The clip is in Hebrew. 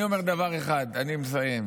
אני אומר דבר אחד, אני מסיים,